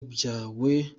byawe